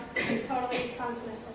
totally consonant